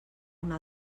una